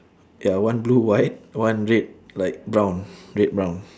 ya one blue white one red like brown red brown